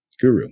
guru